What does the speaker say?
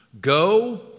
Go